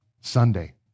Sunday